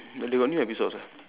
but they got new episodes ah